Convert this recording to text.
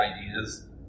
ideas